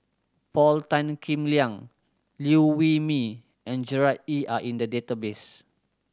Paul Tan Kim Liang Liew Wee Mee and Gerard Ee Are in the database